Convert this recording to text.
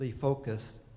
focused